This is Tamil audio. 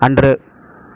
அன்று